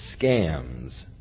scams